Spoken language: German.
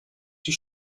die